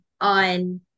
on